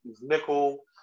nickel